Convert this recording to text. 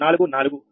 44 అవునా